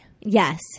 yes